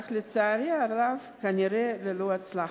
אך לצערי הרב, כנראה ללא הצלחה.